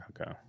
Okay